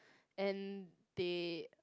and they